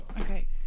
Okay